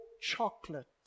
chocolate